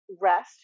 rest